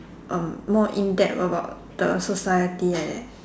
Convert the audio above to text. uh more in depth about the society like that